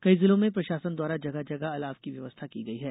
कई जिलों में प्रशासन द्वारा जगह जगह अलाव की व्यवस्था की गयी है